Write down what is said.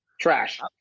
Trash